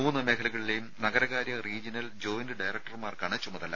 മൂന്ന് മേഖലകളിലെയും നഗരകാര്യ റീജിയണൽ ജോയിന്റ് ഡയറക്ടർമാർക്കാണ് ചുമതല